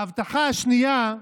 ההבטחה השנייה,